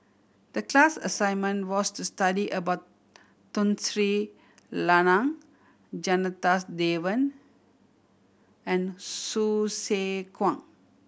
the class assignment was to study about Tun Sri Lanang Janadas Devan and Hsu Tse Kwang